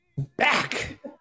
back